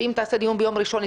ואם תעשה דיון ביום ראשון,